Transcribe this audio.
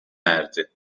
erdi